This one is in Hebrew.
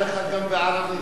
עוד מעט אני אענה לך גם בערבית.